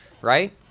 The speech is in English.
Right